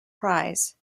prize